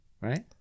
Right